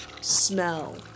smell